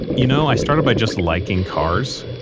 you know, i started by just liking cars.